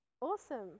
Awesome